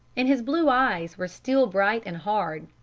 and his blue eyes were steel-bright and hard.